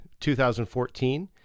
2014